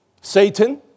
Satan